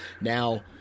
Now